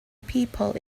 people